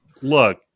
Look